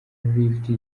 lift